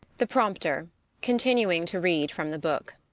the prompter continuing to read from the book.